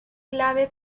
clave